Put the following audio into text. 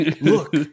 Look